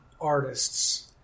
artists